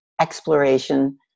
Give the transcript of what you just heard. exploration